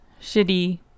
shitty